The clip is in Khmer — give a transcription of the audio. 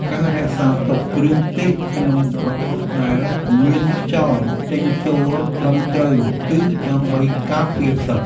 ការរក្សាទុកគ្រឿងទេសក្នុងប្រអប់ដែលមានខ្យល់ចេញចូលត្រឹមត្រូវ គឺដើម្បីការពារផ្សិត។